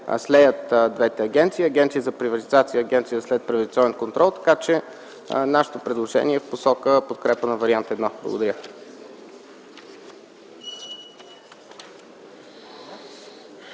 слеят двете агенции: Агенцията за приватизация и Агенцията за следприватизационен контрол, така че нашето предложение е в посока на подкрепа на Вариант І. Благодаря.